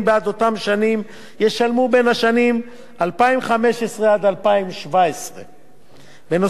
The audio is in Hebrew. בשנים 2015 2017. נוסף על התוספות שפורטו לעיל,